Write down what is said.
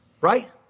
right